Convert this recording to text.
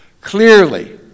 clearly